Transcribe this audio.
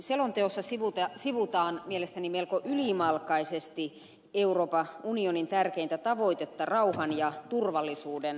selonteossa sivutaan mielestäni melko ylimalkaisesti euroopan unionin tärkeintä tavoitetta rauhan ja turvallisuuden luomiseksi